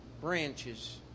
branches